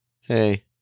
Hey